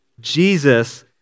Jesus